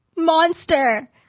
monster